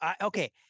Okay